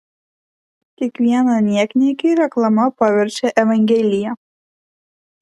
kiekvieną niekniekį reklama paverčia evangelija